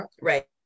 Right